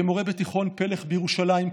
כמורה בתיכון פלך בירושלים,